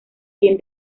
quien